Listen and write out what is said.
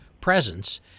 presence